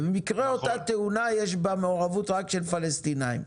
במקרה באותה תאונה יש בה מעורבות רק של פלסטינאים,